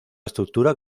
estructura